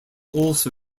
also